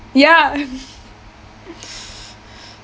ya